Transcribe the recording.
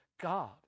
God